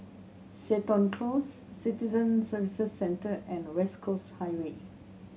Seton Close Citizen Services Centre and West Coast Highway